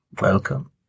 Welcome